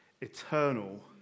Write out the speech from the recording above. eternal